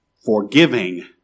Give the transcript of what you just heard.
forgiving